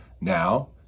now